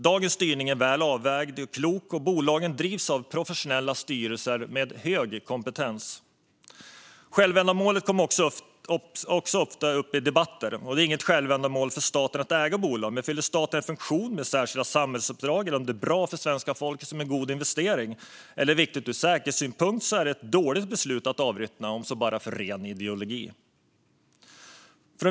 Dagens styrning är väl avvägd och klok, och bolagen drivs av professionella styrelser med hög kompetens. Självändamålet kommer också ofta upp i debatter. Det är inget självändamål för staten att äga bolag, men fyller bolaget en funktion med särskilda samhällsuppdrag eller om det är bra för svenska folket som en god investering eller viktigt ur säkerhetsynpunkt är det ett dåligt beslut att avyttra det, om så bara för ren ideologi.